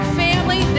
family